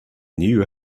knew